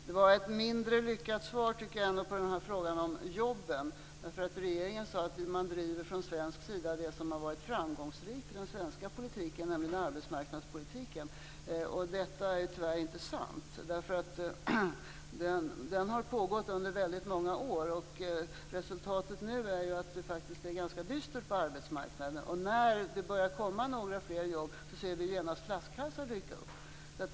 Det var ett mindre lyckat svar när det gäller frågan om jobben. Regeringen sade att man från svensk sida driver det som har varit framgångsrikt i den svenska politiken, nämligen arbetsmarknadspolitiken. Detta är tyvärr inte sant. Denna har pågått under väldigt många år, och resultatet nu är att det är ganska dystert på arbetsmarknaden. När det börjar komma fler jobb ser vi genast flaskhalsar dyka upp.